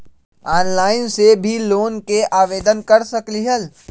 Online से भी loan के आवेदन कर सकलीहल?